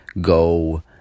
go